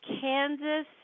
kansas